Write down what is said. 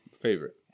Favorite